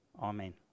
Amen